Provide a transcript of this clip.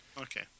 Okay